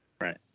Right